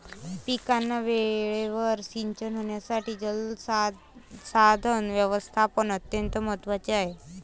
पिकांना वेळेवर सिंचन होण्यासाठी जलसंसाधन व्यवस्थापन अत्यंत महत्त्वाचे आहे